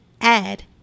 add